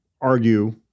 argue